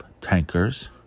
Tankers